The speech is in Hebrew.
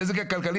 הנזק הכלכלי,